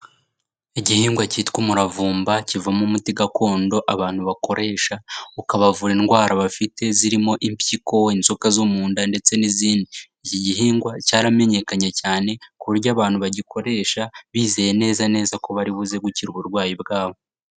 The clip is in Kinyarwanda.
Igihingwa cyitwa umuravumba kivamo umuti gakondo abantu bakoresha ukabavura indwara bafite, zirimo impyiko, inzoka zo mu nda ndetse n'izindi, iki gihingwa cyaramenyekanye cyane ku buryo abantu bagikoresha bizeye neza neza ko bari buze gukira uburwayi bwabo.